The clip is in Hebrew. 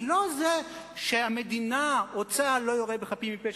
לא זה שהמדינה או צה"ל לא יורה בחפים מפשע,